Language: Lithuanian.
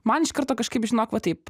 man iš karto kažkaip žinok va taip